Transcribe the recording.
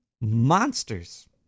Monsters